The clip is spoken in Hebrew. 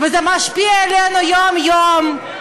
וזה משפיע עלינו יום-יום.